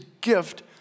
gift